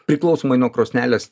priklausomai nuo krosnelės